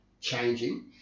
changing